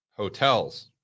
hotels